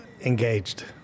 engaged